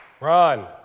Ron